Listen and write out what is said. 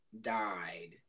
died